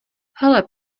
hele